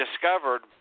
discovered